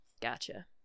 Gotcha